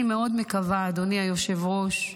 אדוני היושב-ראש,